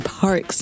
Parks